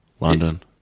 London